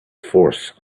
force